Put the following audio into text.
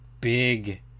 big